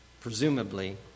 presumably